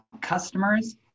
customers